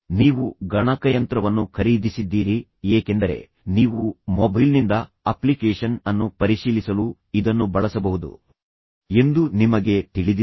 ನೀವು ಗಣಕಯಂತ್ರವನ್ನು ಖರೀದಿಸಿದ್ದೀರಿ ಏಕೆಂದರೆ ನೀವು ಮೊಬೈಲ್ನಿಂದ ಅಪ್ಲಿಕೇಶನ್ ಅನ್ನು ಪರಿಶೀಲಿಸಲು ಇದನ್ನು ಬಳಸಬಹುದು ಎಂದು ನಿಮಗೆ ತಿಳಿದಿದೆ